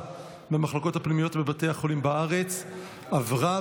במחלקות הפנימיות בבתי החולים בארץ עברה,